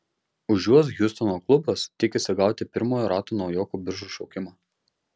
už juos hjustono klubas tikisi gauti pirmojo rato naujokų biržos šaukimų